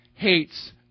Hates